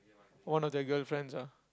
one of their girlfriends ah